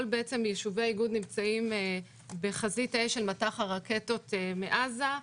כל יישובי האיגוד נמצאים בחזית האש של מטח הרקטות מעזה.